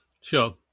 Sure